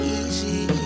easy